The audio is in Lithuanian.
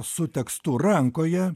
su tekstu rankoje